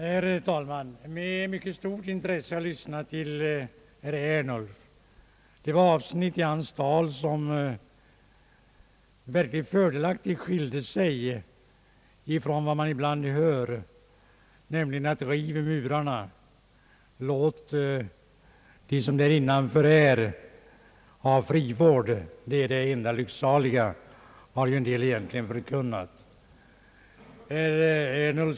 Herr talman! Med mycket stort intresse har jag lyssnat till herr Ernulf. Det fanns avsnitt i hans tal, vilka verkligen fördelaktigt skilde sig från vad man ibland hör, nämligen att man skall »riva murarna» och låta dem som där innanför är ha frivård — det är det enda lycksaliga, har somliga egentligen förkunnat.